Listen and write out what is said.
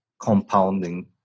compounding